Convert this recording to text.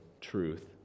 truth